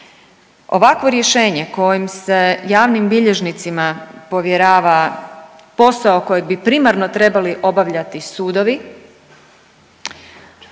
Ovakvo rješenje kojim se javnim bilježnicima povjerava posao koji bi primarno trebali obavljati sudovi